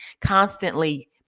constantly